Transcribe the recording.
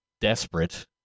desperate